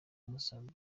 umusaruro